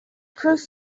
prove